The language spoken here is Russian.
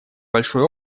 большой